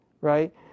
right